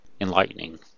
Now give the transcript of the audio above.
Enlightening